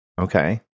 Okay